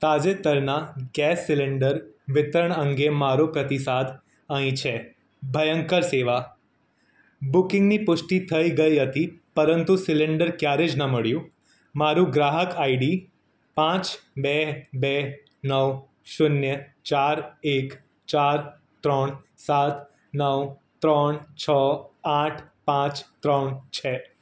તાજેતરના gas cylinder વિતરણ અંગે મારું પ્રતિસાદ અહીં છે ભયંકર સેવા બુકિંગની પુષ્ટિ થઈ ગઈ હતી પરંતુ સિલેન્ડર ક્યારે જ ન મળ્યું મારું ગ્રાહક આઈડી પાંચ બે બે નવ શૂન્ય ચાર એક ચાર ત્રણ સાત નવ ત્રણ છ આઠ પાંચ ત્રણ છે